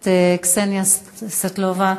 הכנסת קסניה סבטלובה,